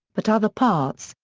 but other parts,